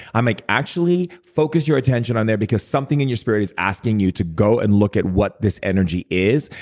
i'm like, actually, focus your attention on there, because something in your spirit is asking you to go and look at what this energy is,